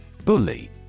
Bully